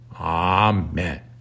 Amen